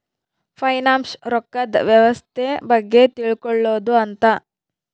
finance ರೊಕ್ಕದ್ ವ್ಯವಸ್ತೆ ಬಗ್ಗೆ ತಿಳ್ಕೊಳೋದು ಅಂತ